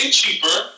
cheaper